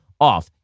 off